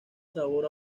sabor